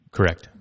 Correct